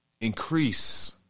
increase